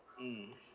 mm